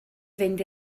fynd